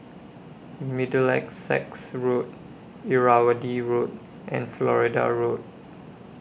Middlesex Road Irrawaddy Road and Florida Road